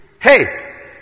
Hey